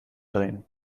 drehen